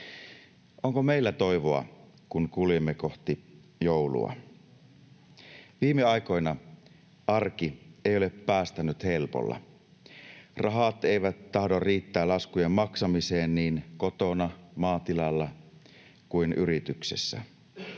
Onko meillä toivoa, kun kuljemme kohti joulua? Viime aikoina arki ei ole päästänyt helpolla. Rahat eivät tahdo riittää laskujen maksamiseen niin kotona, maatilalla kuin yrityksessä.